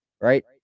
right